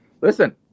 Listen